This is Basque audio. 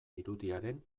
irudiaren